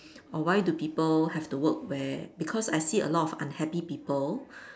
or why do people have to work where because I see a lot of unhappy people